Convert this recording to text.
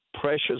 precious